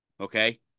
Okay